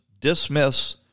dismiss